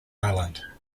island